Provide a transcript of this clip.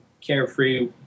carefree